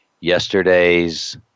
yesterday's